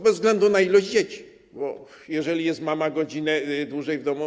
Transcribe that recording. Bez względu na ilość dzieci, bo jeżeli mama jest godzinę dłużej w domu.